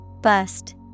Bust